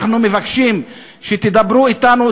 אנחנו מבקשים שתדברו אתנו,